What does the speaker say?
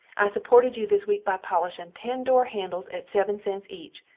i suported you this weak by polishin ten door handels at seven cents each,